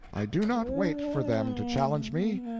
i do not wait for them to challenge me,